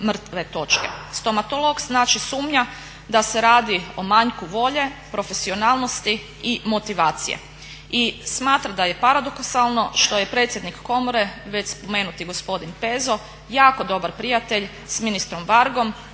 Stomatolog znači sumnja da se radi o manjku volje, profesionalnosti i motivacije i smatra da je paradoksalno što je predsjednik komore, već spomenuti gospodin Pezo jako dobar prijatelj s ministrom Vargom,